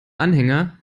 anhänger